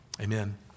amen